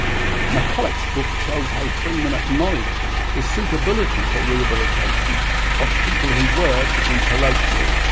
mccullagh's book tells how freeman acknowledged the suitability for rehabilitation of people who were, to be colloquial,